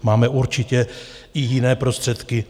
Máme určitě i jiné prostředky.